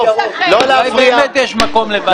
אולי באמת יש מקום לוועדת חקירה בנושא.